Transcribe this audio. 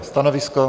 Stanovisko?